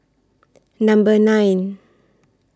Number nine